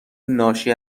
ناشی